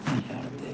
മലയാളത്തെ